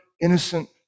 innocent